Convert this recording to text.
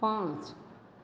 पाँच